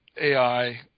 AI